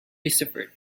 deciphered